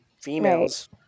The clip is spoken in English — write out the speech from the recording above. females